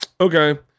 Okay